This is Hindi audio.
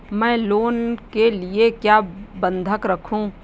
मैं लोन के लिए क्या बंधक रखूं?